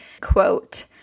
quote